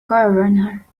governor